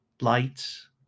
lights